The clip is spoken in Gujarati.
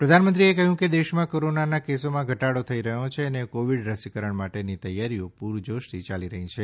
પ્રધાનમંત્રીએ કહ્યું કે દેશમાં કોરોનાના કેસોમાં ઘટાડો થઇ રહ્યો છે અને કોવિડ રસીકરણ માટેની તૈયારીઓ પૂરજોશથી યાલી રહી છે